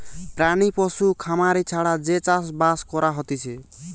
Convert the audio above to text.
প্রাণী পশু খামারি ছাড়া যে চাষ বাস করা হতিছে